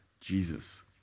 Jesus